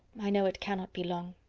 i know it cannot be long.